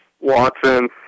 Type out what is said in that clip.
Watson